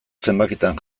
zenbakitan